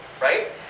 right